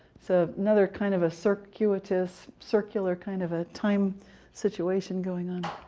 so another kind of a circuitous circular kind of a time situation going on.